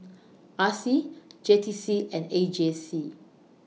R C J T C and A J C